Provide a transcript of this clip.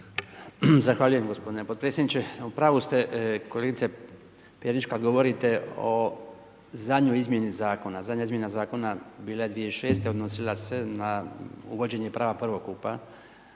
Zahvaljujem gospodine potpredsjedniče. U pravu ste kolegice Perić kad govorite o zadnjoj izmjeni zakona, zadnja izmjena zakona bila je 2006. odnosila se na uvođenje prava prvokupa